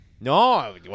No